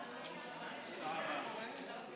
מישהו אחר יכול?